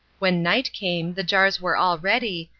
when night came the jars were all ready,